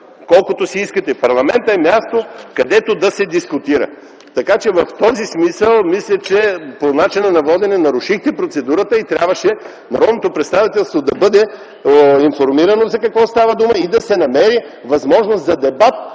колкото си искате. Парламентът е място, където да се дискутира. В този смисъл мисля, че по начина на водене нарушихте процедурата и трябваше народното представителство да бъде информирано за какво става дума и да се намери възможност за дебат